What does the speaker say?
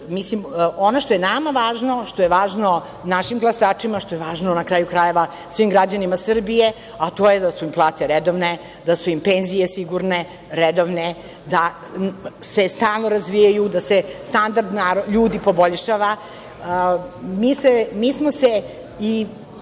što je nama važno, što je važno našim glasačima, što je važno, na kraju krajeva, svim građanima Srbije, to je da su im plate redovne, da su im penzije sigurne, redovne, da se stalno razvijaju, da se standard ljudi poboljšava. Mi smo se i